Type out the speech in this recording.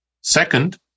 Second